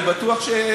אני בטוח,